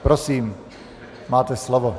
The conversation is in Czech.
Prosím, máte slovo.